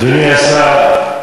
אדוני השר,